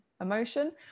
emotion